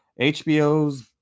HBO's